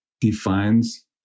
defines